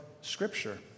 Scripture